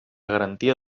garantia